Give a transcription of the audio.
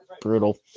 Brutal